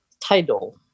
title